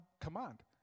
command